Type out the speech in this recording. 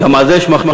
גם על זה יש מחלוקת,